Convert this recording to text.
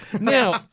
Now